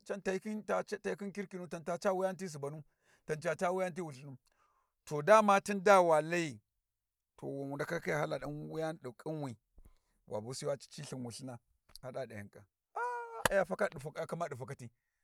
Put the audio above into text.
can tayi khin kirkinu can ta ca wuyeni ti subanu can ta ca wuyani ti wulthinu to da ma tun da wa Layi to wan wu ndaka khiya haka yan wuyani ɗi ƙhinwi wa bu si wa cati lthin Wulthina sai wa ɗa ɗe hyin ƙan ah sai ya kama ɗi fakati.